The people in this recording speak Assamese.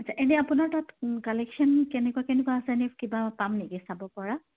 আচ্ছা এনেই আপোনাৰ তাত কালেকশ্য়ন কেনেকুৱা কেনেকুৱা আছে এনেই কিবা পাম নেকি চাব পৰা